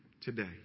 today